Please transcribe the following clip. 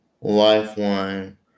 Lifeline